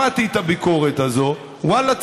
שמעתי את הביקורת הזו ואללה,